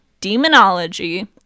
demonology